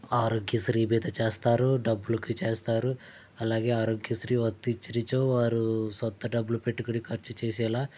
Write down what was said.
ఆరోగ్యశ్రీ మీద చేస్తారు డబ్బులుకి చేస్తారు అలాగే ఆరోగ్యశ్రీ వర్తించినచో వారు సొంత డబ్బులు పెట్టుకుని ఖర్చుచేసేలాగా